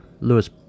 Lewis